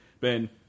Ben